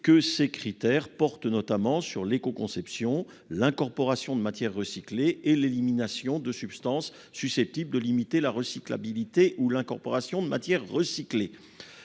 que ces critères comprennent l'écoconception, l'incorporation de matières recyclées et l'élimination de substances susceptibles de limiter la recyclabilité ou la teneur en fibres recyclées.